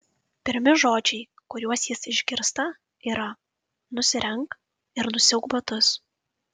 pirmi žodžiai kuriuos jis išgirsta yra nusirenk ir nusiauk batus